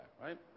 right